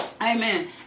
Amen